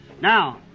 Now